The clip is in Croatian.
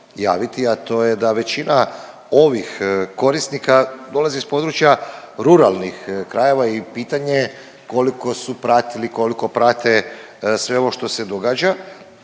a to je da većina ovih korisnika dolazi iz područja ruralnih krajeva i pitanje je koliko su pratili, koliko prate sve ovo što se događa,